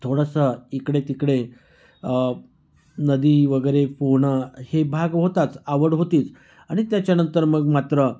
थोडंसं इकडेतिकडे नदी वगैरे पोहणं हे भाग होताच आवड होतीच आणि त्याच्यानंतर मग मात्र